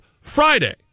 Friday